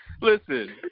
Listen